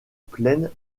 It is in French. plaine